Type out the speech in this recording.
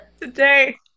today